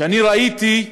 כשאני ראיתי,